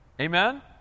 Amen